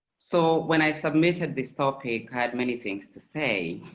so, when i submitted this topic, i add many things to say.